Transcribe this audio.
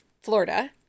Florida